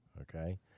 okay